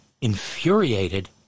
infuriated